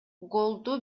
голду